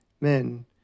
Men